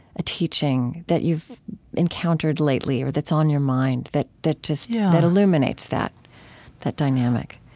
a teaching that you've encountered lately or that's on your mind that that just yeah that illuminates that that dynamic?